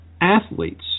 athletes